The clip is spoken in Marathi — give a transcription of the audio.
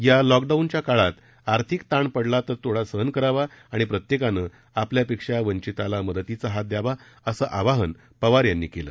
या लॉकडाऊनच्या काळात आथिंक ताण पडला तर थोडा सहन करावा आणि प्रत्येकाने आपल्यापेक्षा वंचिताला मदतीचा हात द्यावा असं आवाहन पवार यांनी केलं